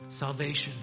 Salvation